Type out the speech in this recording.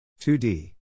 2d